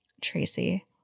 Tracy